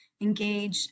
engage